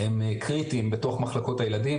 הם קריטיים בתוך מחלקות הילדים.